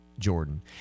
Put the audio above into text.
Jordan